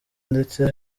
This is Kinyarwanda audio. ndetse